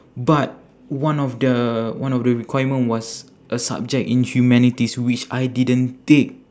but one of the one of the requirement was a subject in humanities which I didn't take